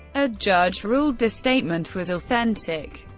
a judge ruled the statement was authentic.